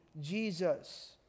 Jesus